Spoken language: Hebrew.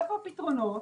איפה הפתרונות,